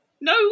no